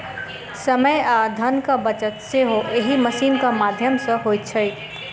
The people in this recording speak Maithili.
समय आ धनक बचत सेहो एहि मशीनक माध्यम सॅ होइत छै